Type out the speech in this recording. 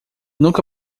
nunca